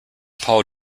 paul